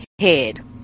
head